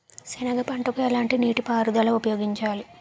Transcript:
సెనగ పంటకు ఎలాంటి నీటిపారుదల ఉపయోగించాలి?